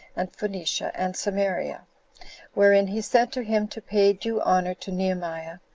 and phoenicia, and samaria wherein he sent to him to pay due honor to nehemiah,